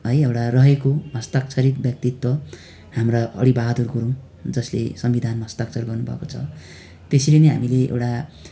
है एउटा रहेको हस्ताक्षरित व्यक्तित्व हाम्रा अरिबहादुर गुरुङ जसले संविधानमा हस्ताक्षर गर्नु भएको छ त्यसरी नै हामीले एउटा